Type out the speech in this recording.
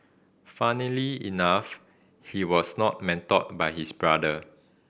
funnily enough he was not mentored by his brother